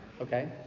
okay